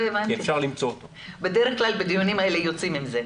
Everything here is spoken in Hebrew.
בדרך כלל בדיונים האלה יוצאים עם זה.